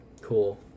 Cool